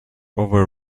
over